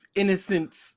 innocence